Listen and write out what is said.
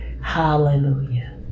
Hallelujah